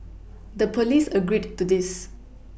the police agreed to this